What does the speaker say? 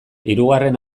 hirugarren